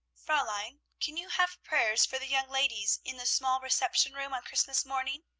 fraulein, can you have prayers for the young ladies in the small reception-room on christmas morning?